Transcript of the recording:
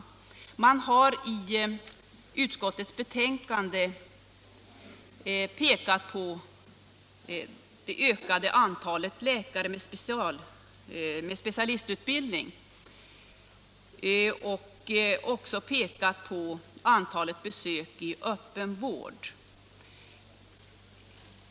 Utskottet har i sitt betänkande pekat på det ökade antalet läkare med specialistutbildning och visat på antalet besök i öppen vård.